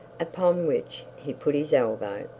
upon which he put his elbow,